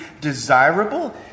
desirable